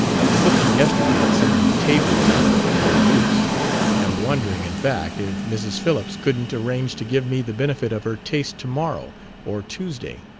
i was looking yesterday at some table-ware for your use am wondering, in fact, if mrs. phillips couldn't arrange to give me the benefit of her taste to-morrow or tuesday.